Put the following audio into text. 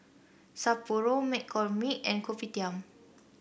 Sapporo McCormick and Kopitiam